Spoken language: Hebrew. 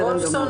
בסדר גמור.